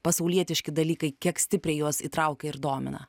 pasaulietiški dalykai kiek stipriai juos įtraukia ir domina